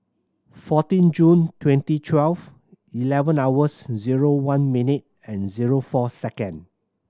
fourteen June twenty twelve eleven hours zero one minute and zero four second